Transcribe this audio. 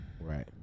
Right